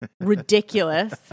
ridiculous